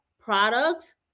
products